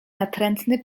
natrętny